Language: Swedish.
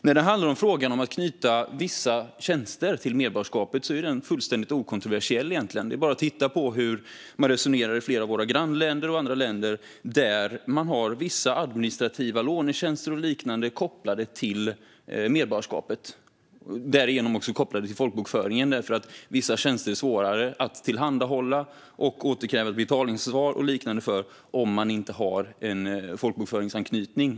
När det handlar om att knyta vissa tjänster till medborgarskapet är det egentligen fullständigt okontroversiellt. Det är bara att titta på hur man resonerar i flera av våra grannländer och andra länder där man har vissa administrativa lånetjänster och liknande kopplade till medborgarskapet och därigenom folkbokföringen, därför att vissa tjänster är svårare att tillhandahålla och betalningsansvar och liknande inte kan utkrävas om man inte har en folkbokföringsanknytning.